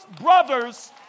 brothers